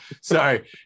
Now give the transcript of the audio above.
Sorry